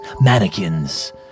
mannequins